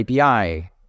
API